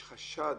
יש חשד